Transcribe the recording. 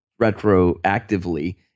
retroactively